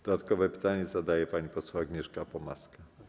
Dodatkowe pytanie zadaje pani poseł Agnieszka Pomaska.